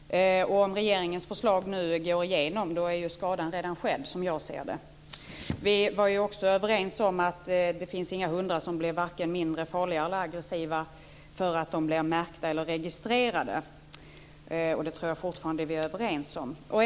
Om regeringens förslag nu går igenom är ju skadan redan skedd, som jag ser det. Vi var också överens om att det inte finns några hundar som blir vare sig mindre farliga eller mindre aggressiva för att de blir märkta eller registrerade. Det tror jag att vi fortfarande är överens om.